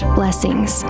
blessings